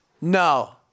no